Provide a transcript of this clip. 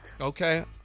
Okay